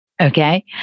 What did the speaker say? Okay